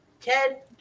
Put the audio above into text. Ted